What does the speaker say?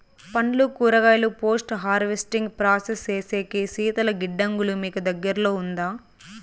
పండ్లు కూరగాయలు post harvesting process సేసేకి శీతల గిడ్డంగులు మీకు దగ్గర్లో ఉందా?